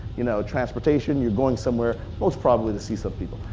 you know transportation, you're going somewhere, most probably to see some people.